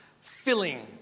filling